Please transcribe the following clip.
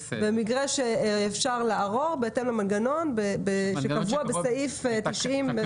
אפשר לערור בהתאם למנגנון שקבוע בסעיף 90(ב) ו-(ג).